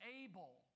able